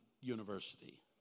university